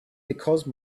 because